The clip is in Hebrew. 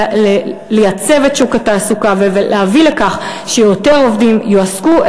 לייצב את שוק התעסוקה ולהביא לכך שיותר עובדים יועסקו,